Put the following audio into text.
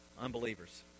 Unbelievers